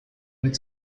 mit